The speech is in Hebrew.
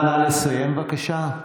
נא לסיים בבקשה.